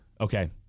Okay